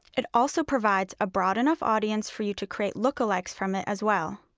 it also provides a broad enough audience for you to create lookalikes from it as well.